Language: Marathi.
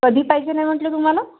कधी पाहिजे नाही म्हटले तुम्हाला